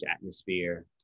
atmosphere